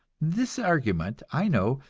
this argument, i know,